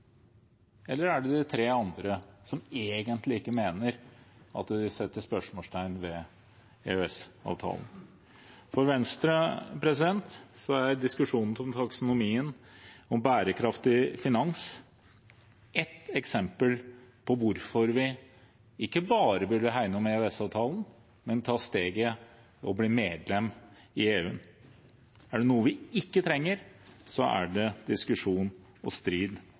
eller er det de tre andre som egentlig ikke mener at de setter spørsmålstegn ved EØS-avtalen? For Venstre er diskusjonen om taksonomien, om bærekraftig finans, ett eksempel på hvorfor vi ikke bare burde hegne om EØS-avtalen, men ta steget og bli medlem i EU. Er det noe vi ikke trenger, så er det diskusjon og strid